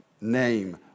name